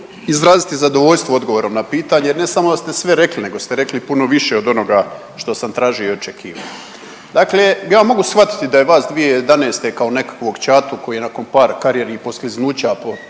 izraziti zadovoljstvo odgovorom na pitanje, jer ne samo da ste sve rekli, nego ste rekli i puno više od onoga što sam tražio i očekivao. Dakle, ja mogu shvatiti da je vas 2011. kao nekakvog ćatu koji je nakon par karijernih poskliznuća